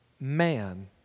man